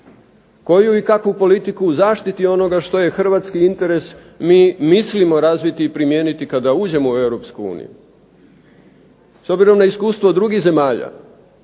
Koju i kakvu politiku u zaštiti onoga što je hrvatski interes mi mislimo razviti i primijeniti kada uđemo u Europsku uniju? S obzirom na iskustvo drugih zemalja,